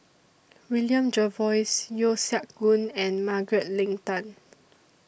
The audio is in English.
William Jervois Yeo Siak Goon and Margaret Leng Tan